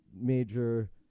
major